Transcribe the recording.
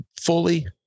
fully